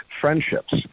friendships